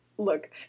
Look